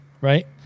right